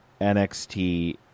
NXT